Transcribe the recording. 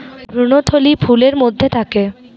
ভ্রূণথলি ফুলের মধ্যে থাকে